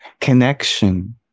connection